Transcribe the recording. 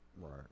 Right